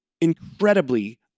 incredibly